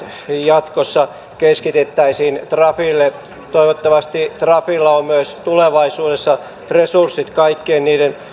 jatkossa keskitettäisiin trafille toivottavasti trafilla on myös tulevaisuudessa resurssit kaikkien niiden